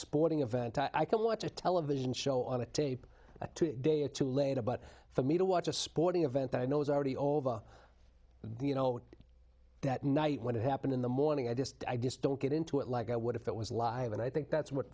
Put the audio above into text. sporting event i can watch a television show on a tape a day or two later but for me to watch a sporting event that i know is already olva the you know that night when it happened in the morning i just i just don't get into it like i would if it was live and i think that's what